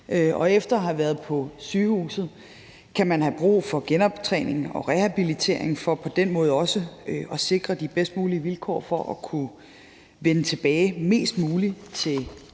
og efter at have været på sygehuset kan man have brug for genoptræning og rehabilitering for på den måde at sikre de bedst mulige vilkår for at kunne vende tilbage til